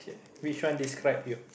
which one describe you